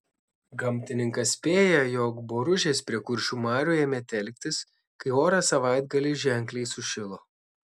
gamtininkas spėja jog boružės prie kuršių marių ėmė telktis kai oras savaitgalį ženkliai sušilo